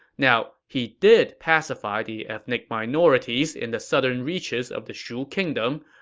now, he did pacify the ethnic minorities in the southern reaches of the shu kingdom,